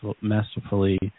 masterfully